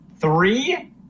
three